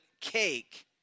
cake